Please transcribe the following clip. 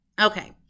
Okay